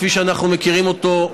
כפי שאנחנו מכירים אותו,